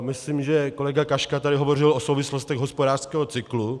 Myslím, že kolega Klaška tady hovořil o souvislostech hospodářského cyklu.